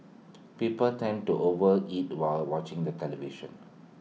people tend to overeat while watching the television